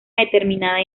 determinada